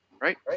Right